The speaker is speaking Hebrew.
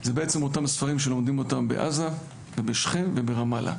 הם אותם הספרים שלומדים בעזה, בשכם וברמאללה.